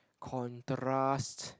contrast